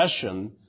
session